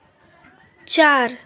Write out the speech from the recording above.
চার